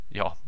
ja